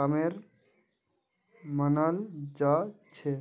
कामेर मनाल जा छे